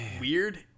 weird